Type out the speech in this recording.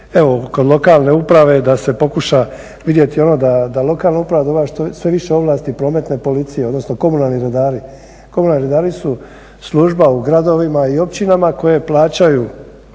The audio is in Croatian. evo kod lokalne uprave da se pokuša vidjeti ono da lokalna uprava …/Govornik se ne razumije./… sve više ovlasti prometne policije, odnosno komunalni redari. Komunalni redari su služba u gradovima i općinama koje plaćaju